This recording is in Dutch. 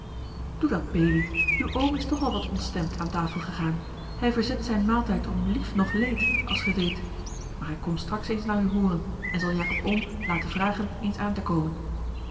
doe dat belie uw oom is toch al wat ontstemd aan tafel gegaan hij verzet zijn maaltijd om lief noch leed als ge weet a l g bosboom-toussaint de delftsche wonderdokter eel maar ik kom straks eens naar u hooren en zal jacob oom laten vragen eens aan te komen